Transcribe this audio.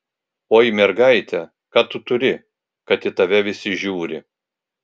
oi mergaite ką tu turi kad į tave visi žiūri